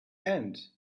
and